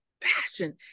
passion